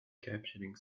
capturing